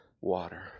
water